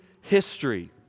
history